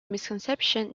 misconception